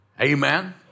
Amen